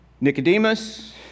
Nicodemus